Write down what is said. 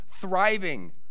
thriving